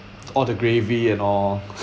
all the gravy and all